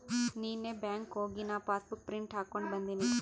ನೀನ್ನೇ ಬ್ಯಾಂಕ್ಗ್ ಹೋಗಿ ನಾ ಪಾಸಬುಕ್ ಪ್ರಿಂಟ್ ಹಾಕೊಂಡಿ ಬಂದಿನಿ